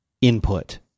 input